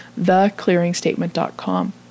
theclearingstatement.com